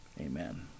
Amen